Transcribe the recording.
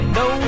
no